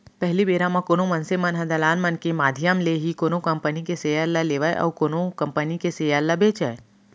पहिली बेरा म कोनो मनसे मन ह दलाल मन के माधियम ले ही कोनो कंपनी के सेयर ल लेवय अउ कोनो कंपनी के सेयर ल बेंचय